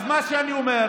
זה בדיוק, אז מה שאני אומר,